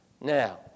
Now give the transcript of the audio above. Now